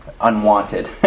unwanted